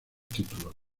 títulos